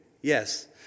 Yes